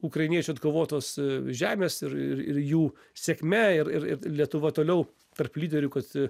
ukrainiečių atkovotos žemės ir ir ir jų sėkme ir ir ir lietuva toliau tarp lyderių kad